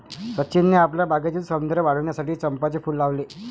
सचिनने आपल्या बागेतील सौंदर्य वाढविण्यासाठी चंपाचे फूल लावले